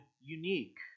unique